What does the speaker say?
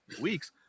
weeks